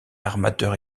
armateur